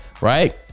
right